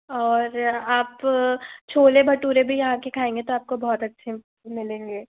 और आप छोले भटूरे भी यहाँ के खायेंगे तो आपको बहुत अच्छे मिलेंगे